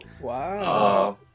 Wow